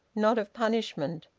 not of punishment!